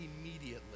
immediately